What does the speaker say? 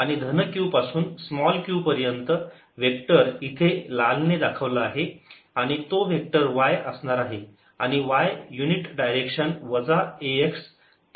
आणि धन Q पासूनचा स्मॉल q पर्यंत वेक्टर इथे लाल ने दाखवला आहे आणि तो वेक्टर y असणार आहे आणि y युनिट डायरेक्शन वजा ax